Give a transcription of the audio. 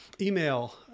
email